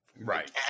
Right